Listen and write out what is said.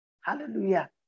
hallelujah